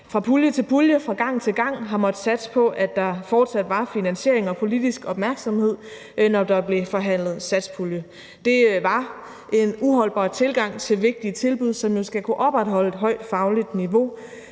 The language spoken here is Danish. fra pulje til pulje, fra gang til gang har måttet satse på, at der fortsat var finansiering og politisk opmærksomhed, når der blev forhandlet satspulje. Det var en uholdbar tilgang til vigtige tilbud, som jo skal kunne opretholde et højt fagligt niveau,